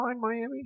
Miami